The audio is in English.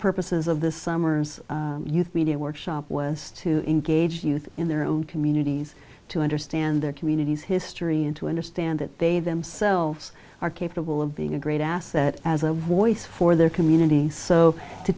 purposes of this summer's youth media workshop was to engage you in their own communities to understand their communities history and to understand that they themselves are capable of being a great asset as a voice for their community so to